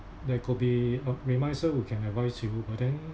there could be a remisier who can advise you but then